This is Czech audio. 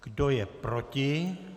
Kdo je proti?